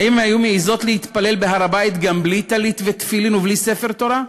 האם הן היו מעזות להתפלל בהר-הבית גם בלי טלית ותפילין ובלי ספר תורה.